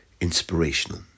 inspirational